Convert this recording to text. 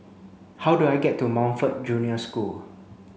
how do I get to Montfort Junior School